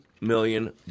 million